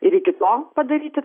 ir iki to padaryti